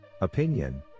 Opinion